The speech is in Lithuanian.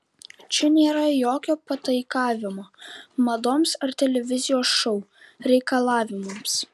čia nėra jokio pataikavimo madoms ar televizijos šou reikalavimams